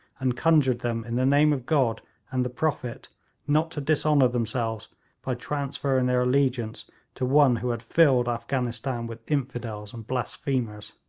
and conjured them in the name of god and the prophet not to dishonour themselves by transferring their allegiance to one who had filled afghanistan with infidels and blasphemers.